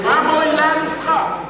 מה מועילה הנוסחה?